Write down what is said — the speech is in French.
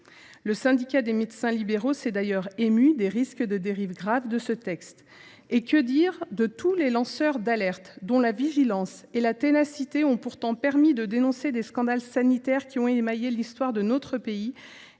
Le syndicat des médecins libéraux s’est d’ailleurs ému des risques de dérives graves que pourrait entraîner l’adoption de ce texte. Et que dire de tous les lanceurs d’alerte, dont la vigilance et la ténacité ont pourtant permis de dénoncer des scandales sanitaires qui ont émaillé l’histoire de notre pays